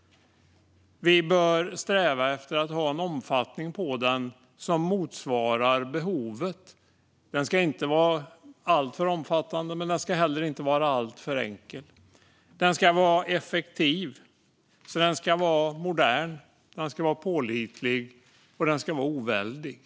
Vi bör sträva efter att ha en omfattning på den som motsvarar behovet. Den ska inte vara alltför omfattande, men den ska inte heller vara alltför enkel. Den ska vara effektiv. Den ska vara modern. Den ska vara pålitlig. Den ska vara oväldig.